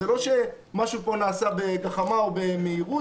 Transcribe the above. זה לא משהו שנעשה במהירות או בגחמה.